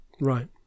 Right